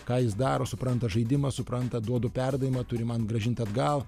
ką jis daro supranta žaidimą supranta duodu perdavimą turi man grąžint atgal